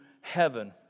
heaven